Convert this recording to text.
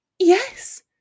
Yes